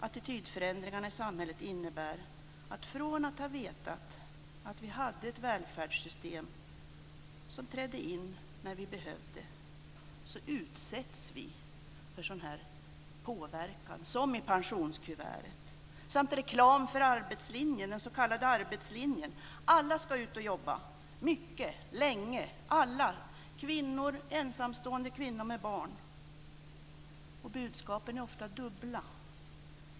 Attitydförändringarna i samhället innebär att från att ha vetat att vi hade ett välfärdssystem som trädde in när vi behövde utsätts vi för påverkan, som med pensionskuvertet. Det görs reklam för den s.k. arbetslinjen. Alla ska ut och jobba, mycket och länge. Det gäller alla: kvinnor, ensamstående kvinnor med barn. Budskapen är ofta dubbla.